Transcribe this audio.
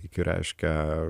iki reiškia